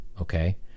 okay